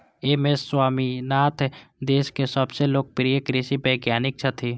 M S Swaminathan देशक सबसं लोकप्रिय कृषि वैज्ञानिक छथि